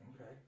Okay